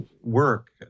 work